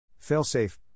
Failsafe